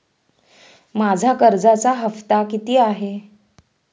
माझा कर्जाचा हफ्ता किती आहे?